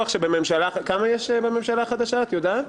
כמה יש בממשלה החדשה, את יודעת?